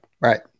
Right